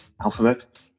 alphabet